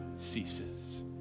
ceases